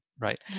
right